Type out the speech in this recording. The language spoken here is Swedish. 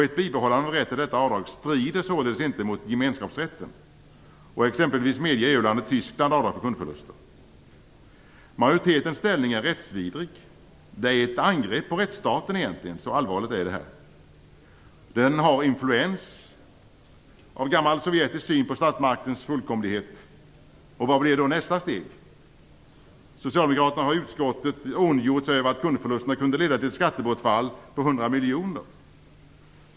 Ett bibehållande av rätt till detta avdrag strider således inte mot gemenskapsrätten. Exempelvis medger EU-landet Tyskland avdrag för kundförluster. Majoritetens inställning är rättsvidrig. Det är egentligen ett angrepp på rättsstaten, så allvarligt är detta. Den har influens av gammal sovjetisk syn på statsmaktens fullkomlighet. Vad blir då nästa steg? Socialdemokraterna har i utskottet ondgjort sig över att kundförlusterna kunde leda till ett skattebortfall på 100 miljoner.